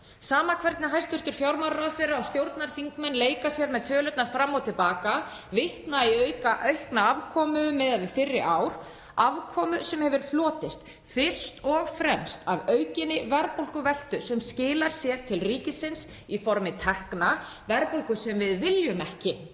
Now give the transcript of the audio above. Sama hvernig hæstv. fjármálaráðherra og stjórnarþingmenn leika sér með tölurnar fram og til baka, vitna í aukna afkomu miðað við fyrri ár, afkomu sem fyrst og fremst hefur hlotist af aukinni verðbólguveltu sem skilar sér til ríkisins í formi tekna, verðbólgu sem við viljum ekki